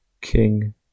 King